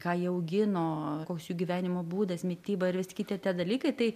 ką jie augino koks jų gyvenimo būdas mityba ir visi kiti tie dalykai tai